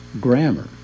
grammar